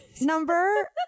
number